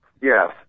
Yes